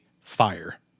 fire